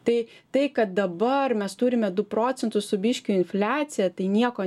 tai tai kad dabar mes turime du procentus su biškiu infliaciją tai nieko